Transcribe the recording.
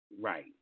Right